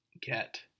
get